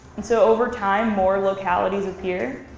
and so over time, more localities appear,